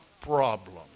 problem